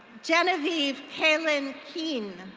genevieve palin keene.